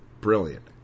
Brilliant